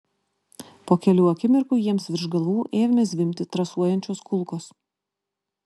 po kelių akimirkų jiems virš galvų ėmė zvimbti trasuojančios kulkos